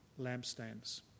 lampstands